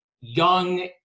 young